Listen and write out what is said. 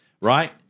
right